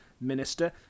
minister